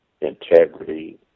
integrity